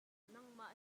nangmah